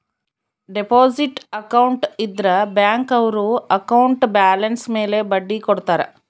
deposit account ಇದ್ರ bank ಅವ್ರು account balance ಮೇಲೆ ಬಡ್ಡಿ ಕೊಡ್ತಾರ